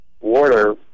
water